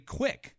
quick